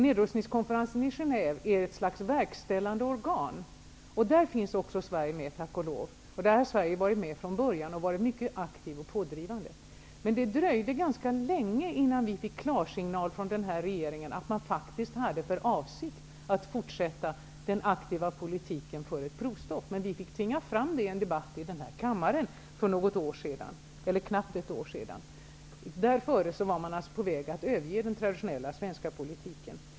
Nedrustningskonferensen i Genève är ett slags verkställande organ. Där finns också Sverige med, tack och lov. Där har Sverige varit med från början och varit mycket aktivt och pådrivande. Men det dröjde ganska länge innan vi fick klarsignal från den här regeringen om att man faktiskt hade för avsikt att fortsätta den aktiva politiken för ett provstopp. Vi fick tvinga fram det i en debatt i den här kammaren för knappt ett år sedan. Dessförinnan var man på väg att överge den traditionella svenska politiken.